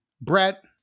Brett